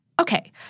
Okay